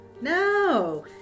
No